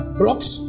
blocks